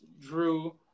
Drew